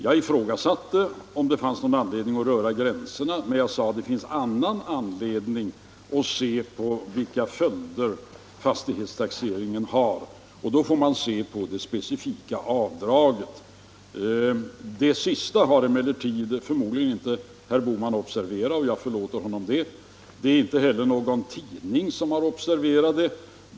Jag ifrågasatte om det fanns någon anledning att röra gränserna. Men jag sade att det finns anledning att se vilka följder fastighetstaxeringen har, och då får man se på det specifika avdraget. Det sistnämnda har emellertid förmodligen inte herr Bohman observerat, och jag förlåter honom det. Det är inte heller någon tidning som har observerat det.